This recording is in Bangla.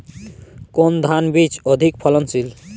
কোন ধান বীজ অধিক ফলনশীল?